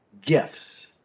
gifts